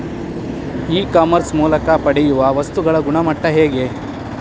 E commerce ಮೂಲಕ ಪಡೆಯುವ ವಸ್ತುಗಳ ಗುಣಮಟ್ಟ ಹೇಗೆ?